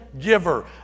giver